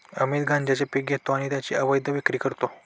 अमित गांजेचे पीक घेतो आणि त्याची अवैध विक्री करतो